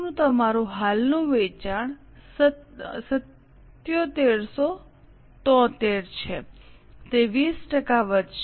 નું તમારું હાલનું વેચાણ 7773 છે તે 20 ટકા વધશે